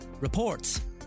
reports